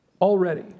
Already